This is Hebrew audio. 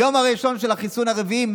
היום הראשון של החיסון הרביעי,